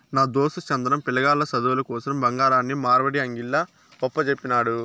నా దోస్తు చంద్రం, పిలగాల్ల సదువుల కోసరం బంగారాన్ని మార్వడీ అంగిల్ల ఒప్పజెప్పినాడు